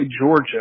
Georgia